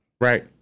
Right